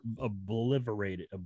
Obliterated